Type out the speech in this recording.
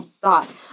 thought